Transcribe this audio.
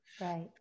right